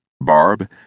Barb